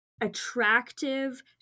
attractive